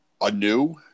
anew